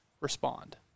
respond